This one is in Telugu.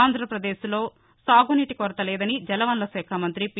ఆంధ్రప్రదేశ్ లో సాగునీటికి కొరత లేదని జలవనరుల శాఖ మంత్రి పి